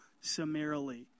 summarily